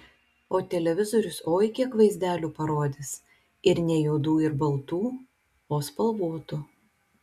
o televizorius oi kiek vaizdelių parodys ir ne juodų ir baltų o spalvotų